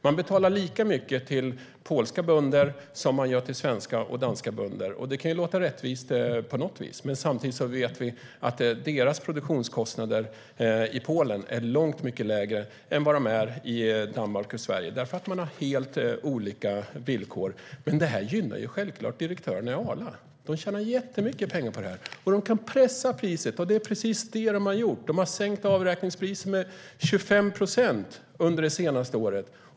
Den betalar lika mycket till polska bönder som den gör till svenska och danska bönder. Det kan låta rättvist på något vis. Men samtidigt vet vi att deras produktionskostnader i Polen är långt mycket lägre än vad de är i Danmark och Sverige eftersom de har helt olika villkor. Det gynnar självklart direktörerna i Arla. De tjänar jättemycket pengar på det. De kan pressa priset. Det är precis det de har gjort. De har sänkt avräkningspriser med 25 procent under det senaste året.